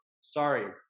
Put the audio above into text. sorry